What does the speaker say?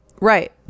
Right